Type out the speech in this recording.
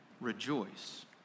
rejoice